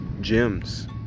gems